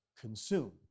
consume